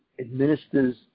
administers